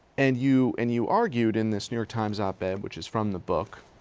and you and you argued in this new york times op-ed which is from the book